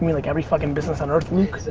like every fuckin' business on earth, luke?